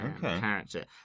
character